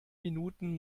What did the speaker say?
minuten